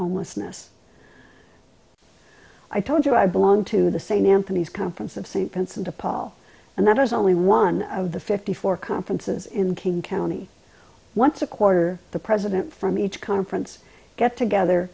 homelessness i told you i belong to the same anthony's conference of c prince and to paul and that was only one of the fifty four conferences in king county once a quarter the president from each conference get together